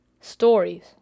stories